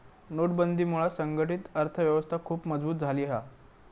नोटबंदीमुळा संघटीत अर्थ व्यवस्था खुप मजबुत झाली हा